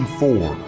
four